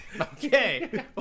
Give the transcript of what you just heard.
Okay